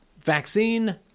vaccine